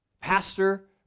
Pastor